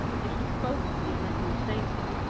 it was the bulk of the original stabling,